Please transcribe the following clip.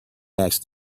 asked